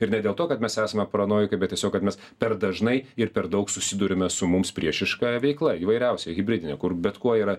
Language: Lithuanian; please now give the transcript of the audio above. ir ne dėl to kad mes esame paranojikai bet tiesiog kad mes per dažnai ir per daug susiduriame su mums priešiška veikla įvairiausia hibridine kur bet kuo yra